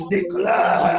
Declare